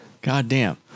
Goddamn